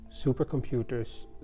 supercomputers